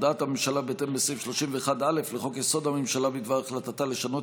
הודעת הממשלה בהתאם לסעיף 31(א) לחוק-יסוד: הממשלה בדבר החלטתה לשנות